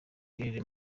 claire